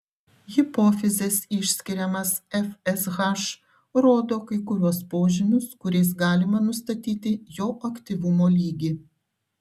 hipofizės išskiriamas fsh rodo kai kuriuos požymius kuriais galima nustatyti jo aktyvumo lygį